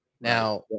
now